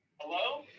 Hello